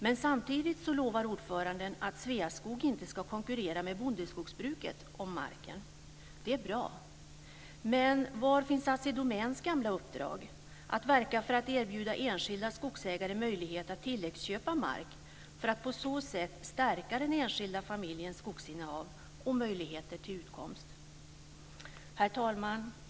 Men samtidigt lovar ordföranden att Sveaskog inte ska konkurrera med bondekogsbruket om marken. Det är bra. Men var finns Assi Domäns gamla uppdrag att verka för att erbjuda enskilda skogsägare möjlighet att tilläggsköpa mark för att på så sätt stärka den enskilda familjens skogsinnehav och möjligheter till utkomst? Herr talman!